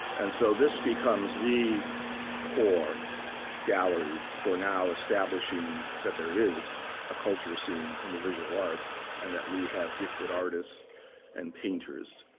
and so this becomes the core gallery for now establishing. that there is a culture scene in the visual arts and that we have gifted artists and painters.